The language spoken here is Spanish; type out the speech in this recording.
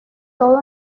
todo